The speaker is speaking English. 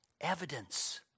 Evidence